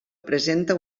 presenta